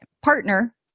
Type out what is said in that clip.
partner